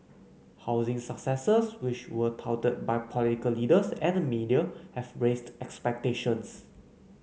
housing successes which were touted by political leaders and the media have raised expectations